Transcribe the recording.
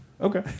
Okay